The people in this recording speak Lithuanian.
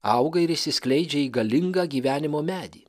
auga ir išsiskleidžia į galingą gyvenimo medį